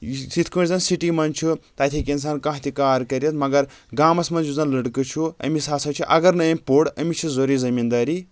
یِتھ کٲٹھۍ زَن سِٹی منٛز چھُ تَتہِ ہیٚکہِ اِنسان کانٛہہ تہِ کار کٔرِتھ مگر گامَس منٛز یُس زَن لٔڑکہٕ چھُ أمِس ہسا چھُ اگر نہٕ أمۍ پوٚر أمِس چھِ ضروری زٔمیٖن دٲری